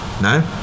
no